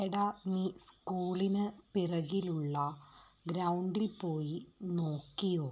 എടാ നീ സ്കൂളിന് പിറകിലുള്ള ഗ്രൗണ്ടിൽ പോയി നോക്കിയോ